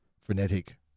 frenetic